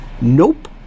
nope